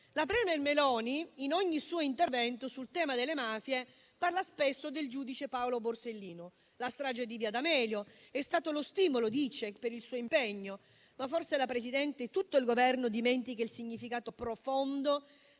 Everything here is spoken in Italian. La *premier* Meloni in ogni suo intervento sul tema delle mafie parla spesso del giudice Paolo Borsellino: la strage di via D'Amelio è stata lo stimolo - dice - per il suo impegno. Forse però la Presidente del Consiglio e tutto il Governo dimenticano il significato profondo